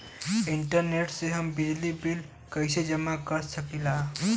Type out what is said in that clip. Internet से हम बिजली बिल कइसे जमा कर सकी ला?